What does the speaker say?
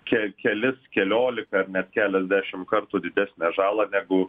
ke kelis keliolika ar net keliasdešimt kartų didesnę žalą negu